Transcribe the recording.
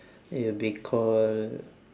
it will be called